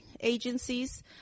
agencies